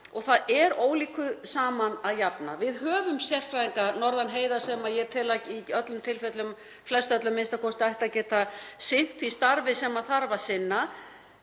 og það er ólíku saman að jafna. Við höfum sérfræðinga norðan heiða sem ég tel að í öllum tilfellum, flestöllum a.m.k., ættu að geta sinnt því starfi sem þarf að sinna.